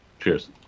Cheers